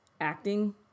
acting